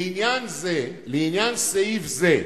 לעניין סעיף זה,